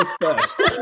first